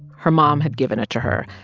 her mom had given it to her.